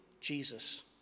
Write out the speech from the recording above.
Jesus